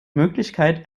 möglichkeit